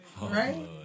right